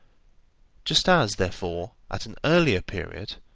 just as, therefore, at an earlier period,